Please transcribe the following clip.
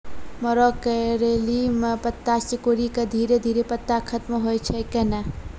मरो करैली म पत्ता सिकुड़ी के धीरे धीरे पत्ता खत्म होय छै कैनै?